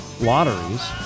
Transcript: Lotteries